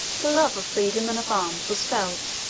the love of freedom and of arms was felt,